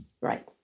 Right